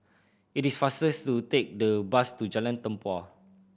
it is faster to take the bus to Jalan Tempua